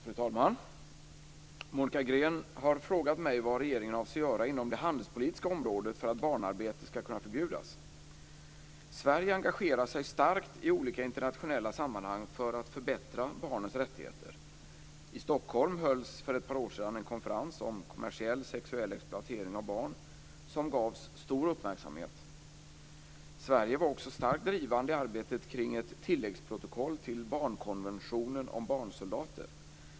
Fru talman! Monica Green har frågat mig vad regeringen avser göra inom det handelspolitiska området för att barnarbete ska kunna förbjudas. Sverige engagerar sig starkt i olika internationella sammanhang för att förbättra barnens rättigheter. I Stockholm hölls för ett par år sedan en konferens om kommersiell sexuell exploatering av barn som gavs stor uppmärksamhet. Sverige var också starkt drivande i arbetet kring ett tilläggsprotokoll till barnkonventionen om barnsoldater.